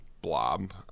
blob